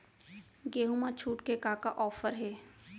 गेहूँ मा छूट के का का ऑफ़र हे?